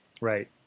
right